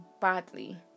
badly